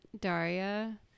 Daria